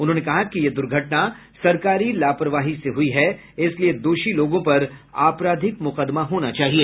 उन्होंने कहा कि यह दुर्घटना सरकारी लापरवाही से हुई है इसलिए दोषी लोगों पर आपराधिक मुकदमा होना चाहिए